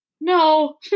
no